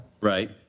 Right